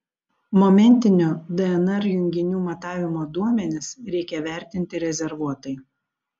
momentinio dnr junginių matavimo duomenis reikia vertinti rezervuotai